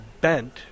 bent